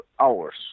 hours